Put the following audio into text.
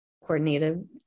coordinated